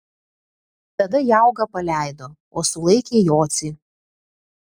tada jaugą paleido o sulaikė jocį